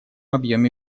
объеме